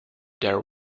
their